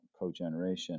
cogeneration